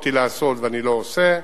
שיכולתי לעשות ואני לא עושה.